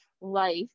life